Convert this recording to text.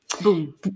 boom